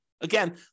Again